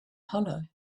hollow